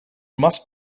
must